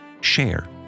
share